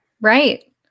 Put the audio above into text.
Right